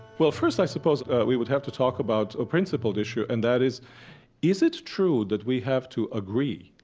well, first i suppose we would have to talk about a principled issue, and that is is it true that we have to agree